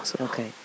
Okay